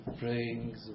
praying